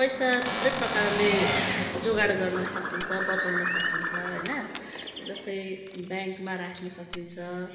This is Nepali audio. पैसा थुप्रै प्रकारले जोगाड गर्न सकिन्छ बचाउन सकिन्छ होइन जस्तै ब्याङ्कमा राख्न सकिन्छ